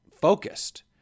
focused